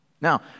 Now